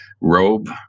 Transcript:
robe